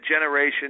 generation